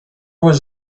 was